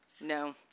No